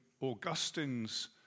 Augustine's